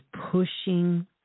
pushing